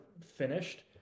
finished